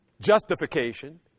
justification